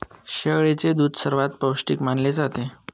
शेळीचे दूध सर्वात पौष्टिक मानले जाते